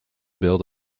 built